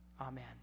Amen